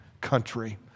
country